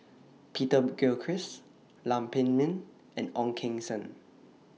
Peter Gilchrist Lam Pin Min and Ong Keng Sen